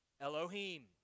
Elohim